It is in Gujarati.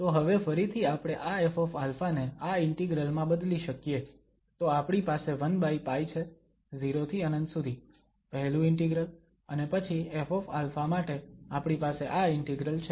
તો હવે ફરીથી આપણે આ Fα ને આ ઇન્ટિગ્રલ માં બદલી શકીએ તો આપણી પાસે 1π છે 0 થી ∞ સુધી પહેલું ઇન્ટિગ્રલ અને પછી Fα માટે આપણી પાસે આ ઇન્ટિગ્રલ છે